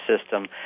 system